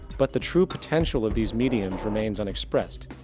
but the true potential of these mediums remains unexpressed.